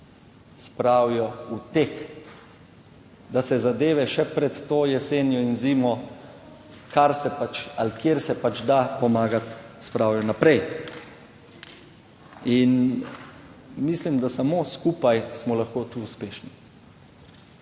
spravijo v tek, da se zadeve še pred to jesenjo in zimo, kar se pač ali kjer se pač da pomagati, spravijo naprej. In mislim, da samo skupaj smo lahko tu uspešni.